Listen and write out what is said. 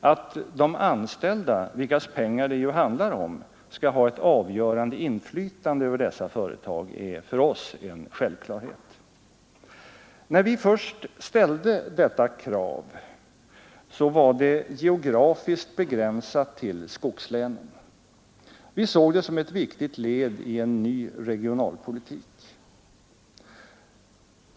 Att de anställda — vilkas pengar det ju handlar om — skall ha ett avgörande inflytande över dessa företag är för oss en självklarhet. När vi först ställde detta krav var det geografiskt begränsat till skogslänen. Vi såg det som ett viktigt led i en ny regionalpolitik.